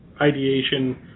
ideation